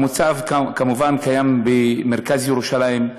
המצב, כמובן, קיים במרכז ירושלים.